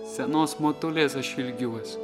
senos motulės aš ilgiuosi